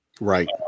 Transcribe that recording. Right